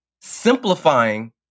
simplifying